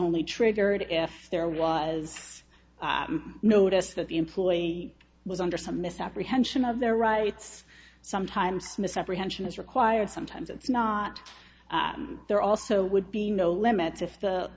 only triggered if there was a notice that the employee was under some misapprehension of their rights sometimes misapprehension is required sometimes it's not there also would be no limits if the